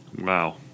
Wow